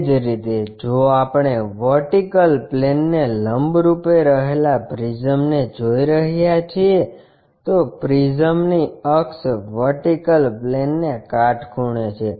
એ જ રીતે જો આપણે વર્ટિકલ પ્લેનને લંબરૂપે રહેલા પ્રિઝમ ને જોઈ રહ્યા છીએ તો પ્રિઝમની અક્ષ વર્ટિકલ પ્લેનને કાટખૂણે છે